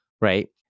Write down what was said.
right